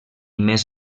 més